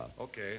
Okay